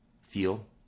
feel